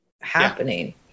happening